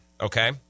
okay